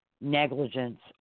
negligence